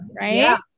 Right